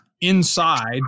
inside